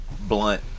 blunt